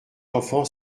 enfant